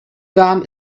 warm